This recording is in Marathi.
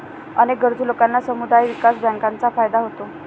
अनेक गरजू लोकांना समुदाय विकास बँकांचा फायदा होतो